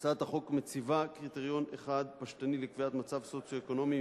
הצעת החוק מציבה קריטריון אחד פשטני לקביעת מצב סוציו-אקונומי,